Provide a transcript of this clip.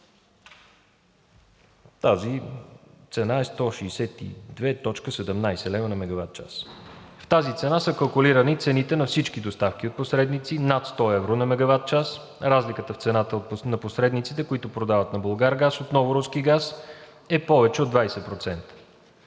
Тази цена е 162,17 лв. за мегаватчас. В тази цена са калкулирани цените на всички доставки от посредници – над 100 евро за мегаватчас. Разликата в цената на посредниците, които продават на „Булгаргаз“ отново руски газ, е повече от 20%.